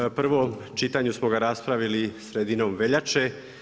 U prvom čitanju smo ga raspravili sredinom veljače.